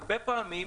הרבה פעמים,